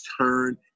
turn